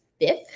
fifth